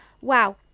Wow